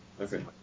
Okay